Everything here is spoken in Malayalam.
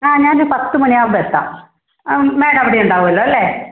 ആ ഞാൻ പത്ത് മണി ആവുമ്പോൾ എത്താം ആ മാഡം അവിടെ ഉണ്ടാകുമല്ലോ അല്ലേ